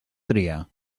tria